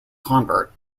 convert